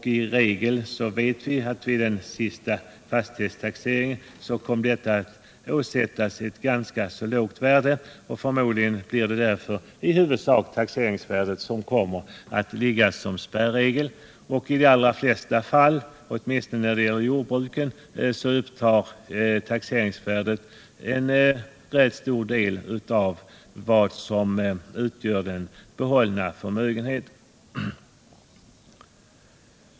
Vi vet dock att vid den senaste fastighetstaxeringen kom dessa byggnader i regel att åsättas ett ganska lågt värde. Förmodligen blir det därför i huvudsak taxeringsvärdet som kommer att utgöra spärr. I de flesta fall — åtminstone när det gäller jordbruken — upptar taxeringsvärdet en rätt stor del av det som utgör den behållna förmögenheten.